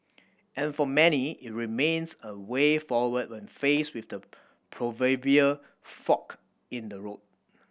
and for many it remains a way forward when faced with the proverbial fork in the road